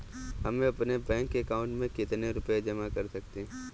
हम अपने bank account में कितने रुपये जमा कर सकते हैं?